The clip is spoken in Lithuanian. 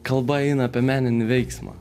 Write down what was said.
kalba eina apie meninį veiksmą